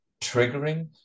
triggering